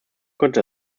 könnte